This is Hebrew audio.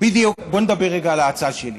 בוא נדבר רגע על ההצעה שלי.